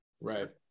Right